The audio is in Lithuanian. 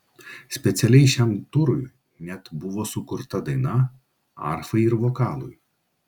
specialiai šiam turui net buvo sukurta daina arfai ir vokalui